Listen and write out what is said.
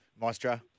Maestro